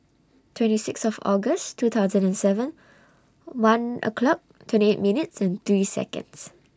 twenty six of August two thousand and seven one o'clock twenty eight minutes and three Seconds